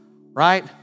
right